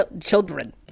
children